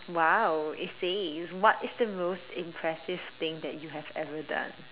!wow! it says what is the most impressive thing that you have ever done